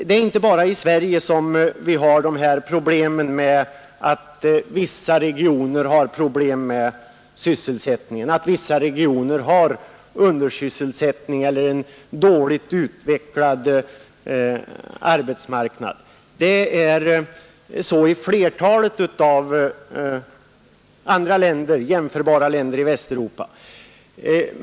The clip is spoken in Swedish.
Det är inte bara Sverige som har problem med att vissa regioner har undersysselsättning eller dåligt utvecklad arbetsmarknad. Det gäller även flertalet andra länder i Västeuropa.